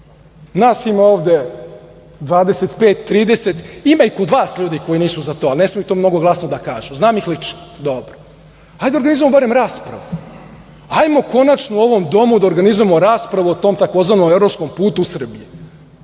Nas ima ovde 25, 30, ima i kod vas ljudi koji nisu za to, ali ne smeju to mnogo glasno da kažu, znam ih lično. Hajde da organizujemo barem raspravu. Ajmo konačno u ovom domu da organizujemo raspravu o tom tzv. evropskom putu u Srbiji.